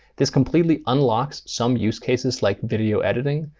this completely unlocks some use cases like video editing,